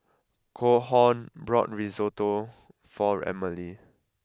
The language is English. Calhoun bought Risotto for Emely